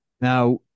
Now